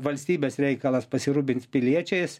valstybės reikalas pasirūpint piliečiais